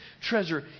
treasure